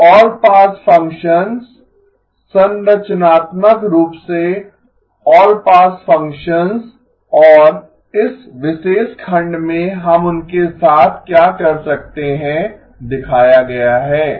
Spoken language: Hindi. तो ऑल पास फ़ंक्शंस संरचनात्मक रूप से ऑल पास फ़ंक्शंस और इस विशेष खंड में हम उनके साथ क्या कर सकते हैं दिखाया गया है